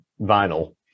vinyl